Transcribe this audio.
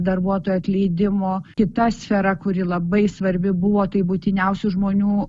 darbuotojo atleidimo kita sfera kuri labai svarbi buvo tai būtiniausių žmonių